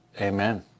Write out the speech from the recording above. Amen